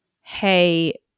hey